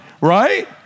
right